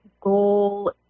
goal